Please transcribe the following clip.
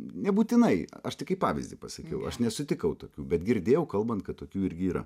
nebūtinai aš tai kaip pavyzdį pasakiau aš nesutikau tokių bet girdėjau kalbant kad tokių irgi yra